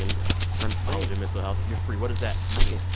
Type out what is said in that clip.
um yeah i'm free. all of your mental health you're free. what does that mean?